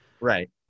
right